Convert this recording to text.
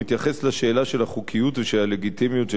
מתייחס לשאלה של החוקיות ושל הלגיטימיות של